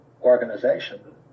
organization